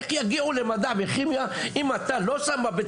איך יגיעו למדע ולכימיה אם אתה לא שם בבית